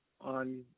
on